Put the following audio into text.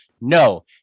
no